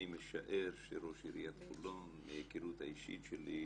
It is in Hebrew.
אני משער שראש עיריית חולון, מההיכרות האישית שלי,